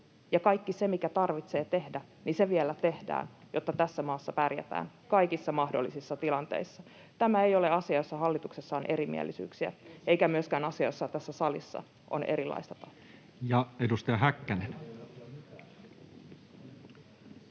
kaikki se, minkä tarvitsee tehdä, vielä tehdään, jotta tässä maassa pärjätään kaikissa mahdollisissa tilanteissa. Tämä ei ole asia, josta hallituksessa on erimielisyyksiä, eikä myöskään asia, josta tässä salissa on erilaista tahtoa. [Speech